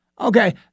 Okay